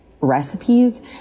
recipes